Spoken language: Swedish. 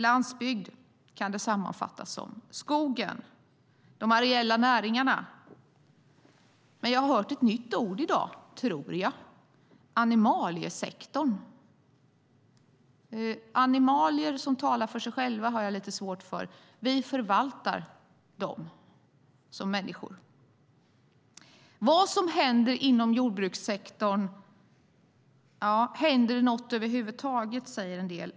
Landsbygd, kan det sammanfattas som. Det är skogen och de areella näringarna. Men jag har hört ett nytt ord i dag, tror jag: animaliesektorn. Animalier som talar för sig själva har jag lite svårt för. Vi förvaltar dem, som människor. Vad händer inom jordbrukssektorn? Händer det något över huvud taget? Det undrar en del.